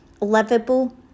livable